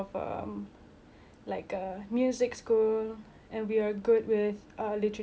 and we are good with uh literature so we really have to do good in both